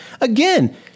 Again